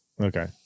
Okay